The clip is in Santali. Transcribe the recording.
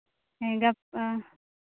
ᱦᱮᱸ ᱜᱟᱯᱟ